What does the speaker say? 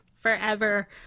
forever